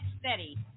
Steady